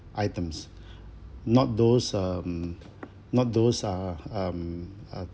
items not those um not those uh um uh